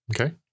Okay